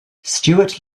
stewart